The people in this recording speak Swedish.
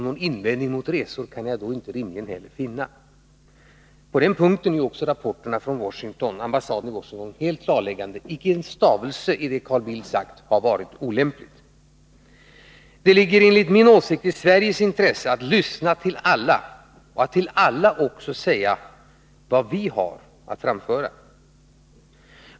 Någon invändning mot resor kan det då inte heller rimligen finnas. I detta avseende är också rapporterna från ambassaden i Washington helt klarläggande. Icke en stavelse i det Carl Bildt har sagt har varit olämpligt. Det ligger enligt min åsikt i Sveriges intresse att lyssna till alla och att till alla också säga vad vi har att framföra.